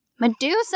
Medusa